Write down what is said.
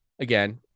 Again